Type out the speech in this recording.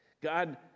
God